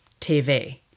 TV